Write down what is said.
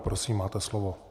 Prosím, máte slovo.